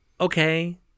Okay